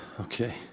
Okay